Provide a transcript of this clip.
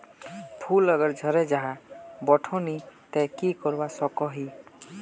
फूल अगर झरे जहा बोठो नी ते की करवा सकोहो ही?